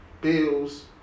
bills